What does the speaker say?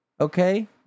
Okay